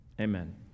amen